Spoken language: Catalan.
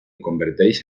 converteix